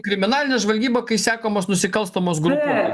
kriminalinę žvalgybą kai sekamos nusikalstamos grupuotės